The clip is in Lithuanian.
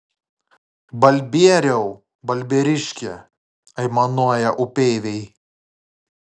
balbieriau balbieriški aimanuoja upeiviai